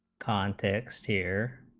context here